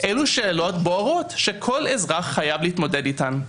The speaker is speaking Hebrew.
אלו שאלות בוערות שכל אזרח חייב להתמודד איתן.